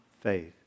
faith